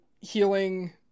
healing